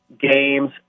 games